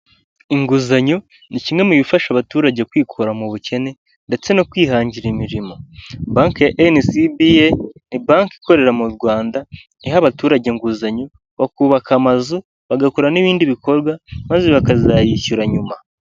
Inguzanyo ni kimwe mu bifasha abaturage kwikura mu bukene ndetse no kwihangira imirimo banki ya banki ya NSBA ikorera mu Rwanda iha abaturage inguzanyo bakubaka amazu bagakora n' ibindi bikorwa maze bakazayishyura nyuma.